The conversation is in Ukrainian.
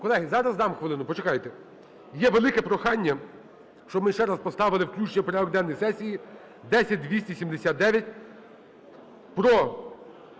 колеги! Зараз дам хвилину. Почекайте. Є велике прохання, щоб ми ще раз поставили включення в порядок денний сесії 10279 про